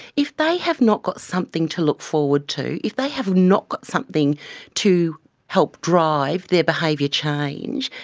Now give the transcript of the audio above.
if they have not got something to look forward to, if they have not got something to help drive their behaviour change,